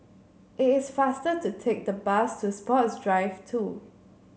it is faster to take the bus to Sports Drive Two